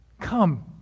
Come